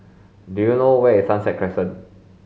do you know where is Sunset Crescent